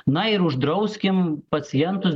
na ir uždrauskim pacientus